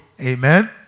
Amen